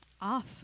off